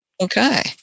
Okay